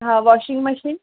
हां washing machine